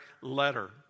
letter